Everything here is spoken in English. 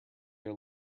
your